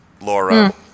Laura